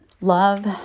Love